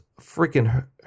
freaking